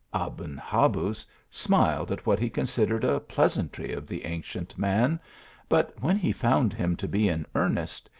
aben habuz smiled at what he considered a pleas antry of the ancient man but when he found him to be in earnest,